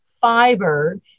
fiber